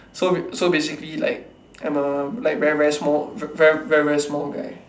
so ba~ so basically like I'm a like very very small v~ very very small guy